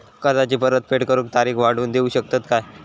कर्जाची परत फेड करूक तारीख वाढवून देऊ शकतत काय?